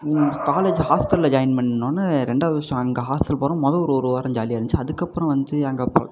college ஹாஸ்ட்டலில் join பண்ணிணோன்னா ரெண்டாவது வருஷம் அங்கே ஹாஸ்ட்டல் போகிறோம் மொதல் ஒரு ஒரு வாரம் ஜாலியாக இருந்துச்சு அதுக்கு அப்புறம் வந்து அங்கே அப்போ